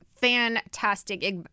fantastic